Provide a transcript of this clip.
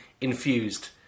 infused